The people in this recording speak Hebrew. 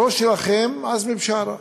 בראש שלכם, עזמי בשארה.